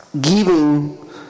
Giving